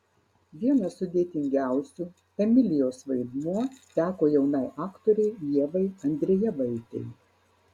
vienas sudėtingiausių emilijos vaidmuo teko jaunai aktorei ievai andrejevaitei